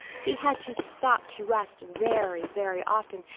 he had to stop to rest very, very often,